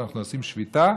אנחנו עושים שביתה